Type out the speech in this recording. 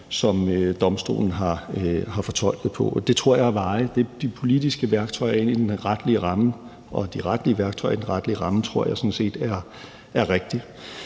som Domstolen har fortolket på. Det tror jeg er varigt. Det politiske værktøj er inde i den retlige ramme, og de retlige værktøjer i den retlige ramme tror jeg sådan set er det rigtige.